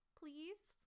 please